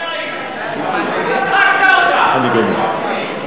מעמד הביניים.